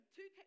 Two